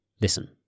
Listen